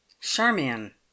charmian